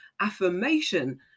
affirmation